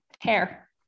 hair